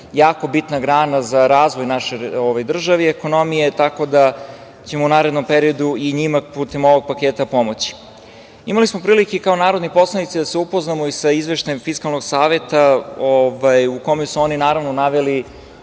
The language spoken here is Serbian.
jako bitna grana za razvoj naše države i ekonomije. Tako da ćemo u narednom periodu i njima putem ovog paketa pomoći. Imali smo prilike kao narodni poslanici da se upoznamo i sa izveštajem Fiskalnog saveta u kome su oni naravno naveli